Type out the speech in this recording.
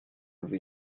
vous